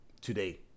Today